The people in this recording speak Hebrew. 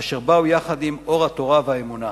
אשר באו יחד עם אור התורה והאמונה.